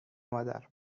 مادر